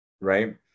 Right